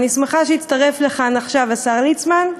אני שמחה שהצטרף לכאן עכשיו השר ליצמן,